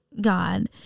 God